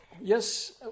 Yes